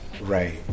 right